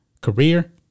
career